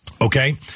Okay